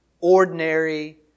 ordinary